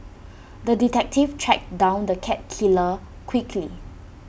the detective tracked down the cat killer quickly